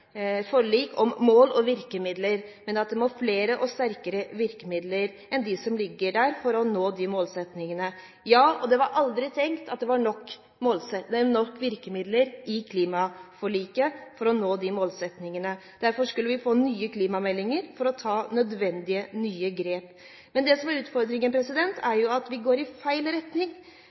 forlik om mål og virkemidler, men at det må flere og sterkere virkemidler til enn dem som ligger der, for å nå disse målsettingene. Det var aldri tenkt at det var nok virkemidler i klimaforliket for å nå disse målsettingene. Derfor skulle vi få nye klimameldinger for å ta nødvendige nye grep. Det som er utfordringen, er at vi går i feil retning.